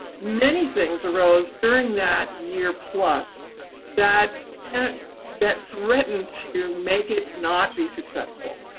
many things arose during that year plus that that that threatened to make it not be successful.